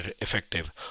effective